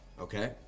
okay